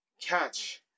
catch